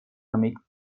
amic